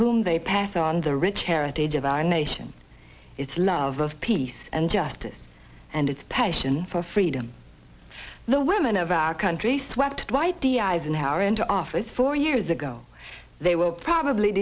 whom they pass on the rich heritage of our nation its love of peace and justice and its passion for freedom the women of our country swept right the eisenhower into office four years ago they will probably